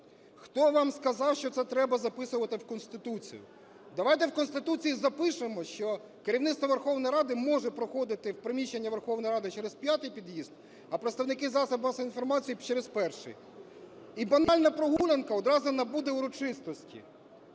Хто вам сказав, що це треба записувати в Конституцію? Давайте в Конституції запишемо, що керівництво Верховної Ради може проходити в приміщення Верховної Ради через 5 під'їзд, а представники засобів масової інформації – через 1-й. І банальна прогулянка одразу набуде урочистості.